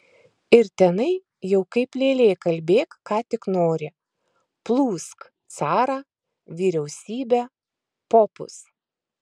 ir tenai jau kaip lėlė kalbėk ką tik nori plūsk carą vyriausybę popus